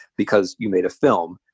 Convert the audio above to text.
because you made a film,